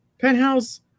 Penthouse